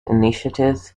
initiative